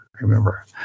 remember